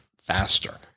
faster